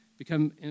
become